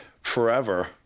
forever